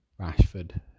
Rashford